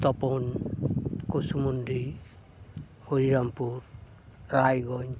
Tapan Kushmandi Harirampur Raiganj